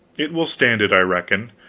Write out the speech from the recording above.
it will stand it, i reckon.